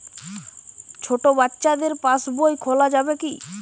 ছোট বাচ্চাদের পাশবই খোলা যাবে কি?